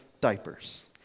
diapers